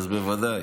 אז בוודאי.